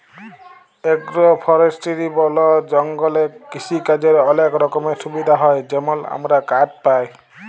agro forestry বল জঙ্গলে কিসিকাজের অলেক রকমের সুবিধা হ্যয় যেমল আমরা কাঠ পায়